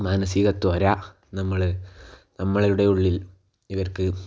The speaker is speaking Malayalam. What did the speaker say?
മാനസിക ത്വര നമ്മള് നമ്മുടെ ഉള്ളിൽ ഇവർക്ക്